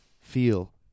feel